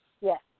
Yes